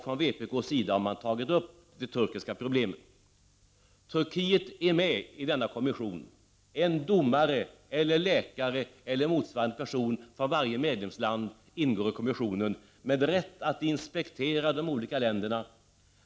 Från vpk:s sida har man dessutom tagit upp det turkiska problemet. Turkiet är med i denna kommission. En domare, läkare eller motsvarande person från varje medlemsland ingår i kommissionen med inspektionsrätt i de olika länderna.